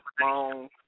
long